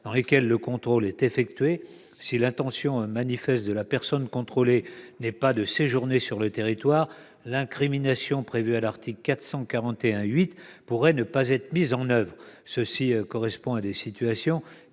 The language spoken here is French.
dans lesquelles le contrôle est effectué, si l'intention manifeste de la personne contrôlée n'est pas de séjourner sur le territoire, l'incrimination prévue à l'article 441-8 du code pénal pourrait ne pas être mise en oeuvre. Ces situations